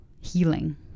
healing